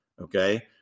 Okay